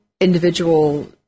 individual